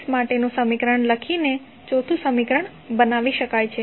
આ મેશ માટેનું સમીકરણ લખીને ચોથું સમીકરણ બનાવી શકાય છે